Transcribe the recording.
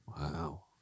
wow